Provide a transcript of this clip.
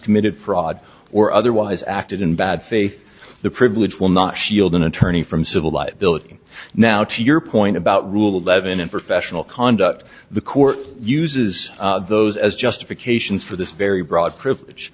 committed fraud or otherwise acted in bad faith the privilege will not shield an attorney from civil liability now to your point about rule that even in professional conduct the court uses those as justification for this very broad privilege